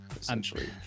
essentially